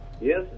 Yes